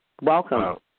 Welcome